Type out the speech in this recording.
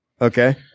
Okay